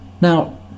Now